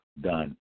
done